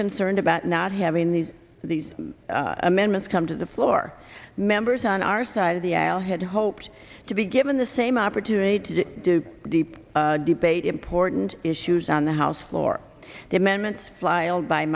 concerned about not having these these amendments come to the floor members on our side of the aisle had hoped to be given the same opportunity to do deep debate important issues on the house floor the amendments fly by